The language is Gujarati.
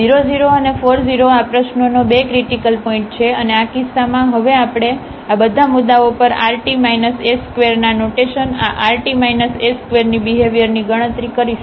00 અને 40 આ પ્રશ્નોનો 2 ક્રિટીકલ પોઇન્ટ છે અને આ કિસ્સામાં હવે આપણે આ બધા મુદ્દાઓ પર rt s2 ના નોટેશન આ rt s2 ની બિહેવ્યરની ગણતરી કરીશું